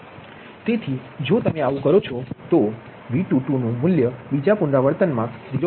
તેથી જો તમે આવું કરો છો તો V22 નુ મુલ્ય બીજા પુનરાવર્તનમાં 0